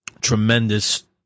tremendous